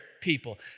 people